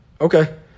Okay